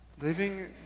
living